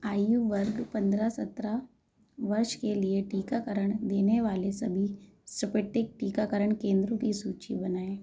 आयु वर्ग पंद्रह सत्रह वर्ष के लिए टीकाकरण देने वाले सभी सपेटिक टीकाकरण केंद्रों की सूची बनाएँ